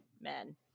men